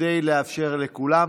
כדי לאפשר לכולם.